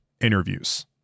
Interviews